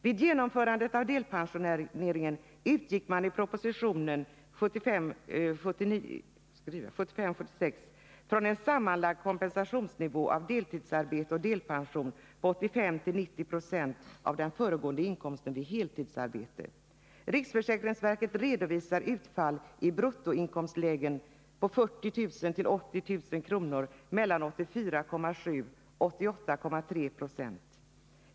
Vid genomförandet av delpensioneringsreformen utgick man i propositionen från en sammanlagd kompensationsnivå av deltidsarbete och delpension på 85-90 26 av den föregående inkomsten vid heltidsarbete. Riksförsäkringsverket redovisar utfall i bruttoinkomstlägena 40 000-80 000 kr. på mellan 84,7 och 88,3 70.